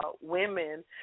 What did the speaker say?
women